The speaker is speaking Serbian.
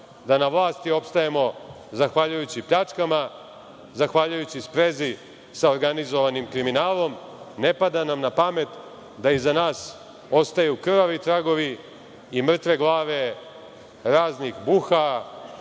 da na vlasti opstajemo zahvaljujući pljačkama, zahvaljujući sprezi sa organizovanim kriminalom, ne pada nam napamet da iza nas ostaju krvavi tragovi i mrtve glave raznih Buha,